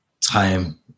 time